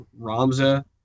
Ramza